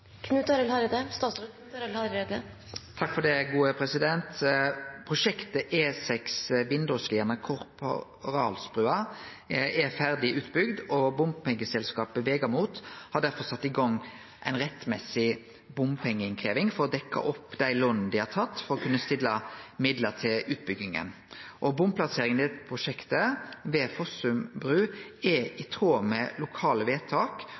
Prosjektet E6 Vindåsliene–Korporalsbrua er ferdig utbygd, og bompengeselskapet Vegamot har derfor sett i gang ei rettmessig bompengeinnkrevjing for å dekkje opp dei låna dei har tatt opp for å kunne stille midlar til utbygginga. Bomplasseringa i dette prosjektet ved Fossum bru er i tråd med lokale vedtak